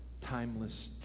timeless